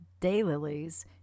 daylilies